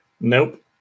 Nope